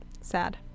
Sad